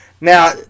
Now